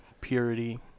Purity